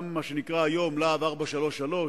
גם מה שנקרא היום "להב 433"